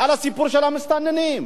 על הסיפור של המסתננים?